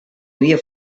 havia